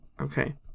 okay